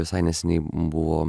visai neseniai buvo